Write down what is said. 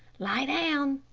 lie down,